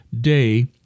Day